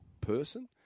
person